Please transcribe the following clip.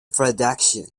production